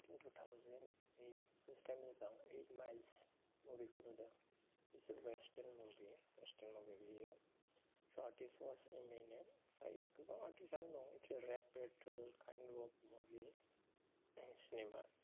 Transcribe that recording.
two thousand eight first time जेब्ला आं eight miles मुभिखौ नुदों it's an a western movie a western movie बेयो स' आर्टिस वास एमिनेम फ्राय गोबां आर्टिसानो दं it's a rap kind of movie cinema